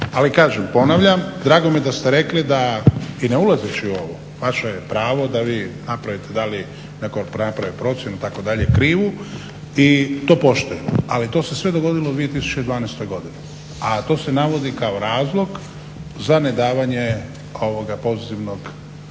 Ali kažem, ponavljam drago mi je da ste rekli da i ne ulazeći u ovo vaše je pravo da vi napravite da li …/Govornik se ne razumije./… itd. krivu i to poštujemo. Ali to se sve dogodilo u 2012. godini, a to se navodi kao razlog za nedavanje pozitivnog